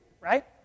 right